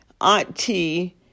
auntie